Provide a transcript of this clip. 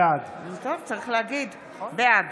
בעד